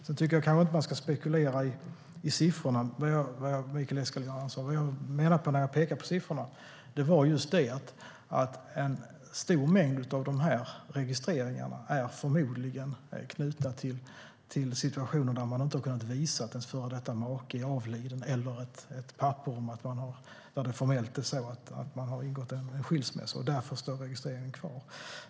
Jag tycker inte att man ska spekulera i siffrorna, men vad jag menar när jag pekar på siffrorna, Mikael Eskilandersson, är just att en stor mängd av de här registreringarna förmodligen är knutna till situationer där man inte har kunnat visa att ens före detta make är avliden eller ett papper där det formellt framgår att man har genomgått skilsmässa, och därför står registreringen kvar.